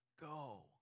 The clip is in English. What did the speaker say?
Go